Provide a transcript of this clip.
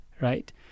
right